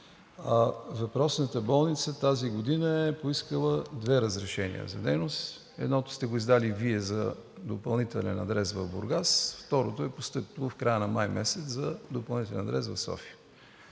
въпросната болница тази година е поискала две разрешения за дейност – едното сте го издали Вие за допълнителен адрес в Бургас, а второто е постъпило в края на месец май за допълнителен адрес в София.